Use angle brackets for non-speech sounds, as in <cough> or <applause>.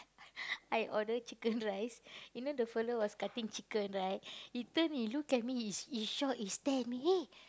<laughs> I order chicken-rice you know the fellow was cutting chicken right he turn he look at me he he shock he stare at me eh